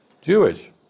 Jewish